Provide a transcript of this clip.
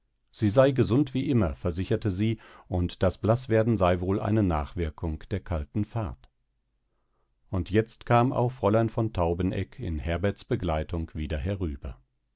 sie sei gesund wie immer versicherte sie und das blaßwerden sei wohl eine nachwirkung der kalten fahrt und jetzt kam auch fräulein von taubeneck in herberts begleitung wieder herüber